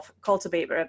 cultivate